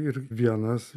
ir vienas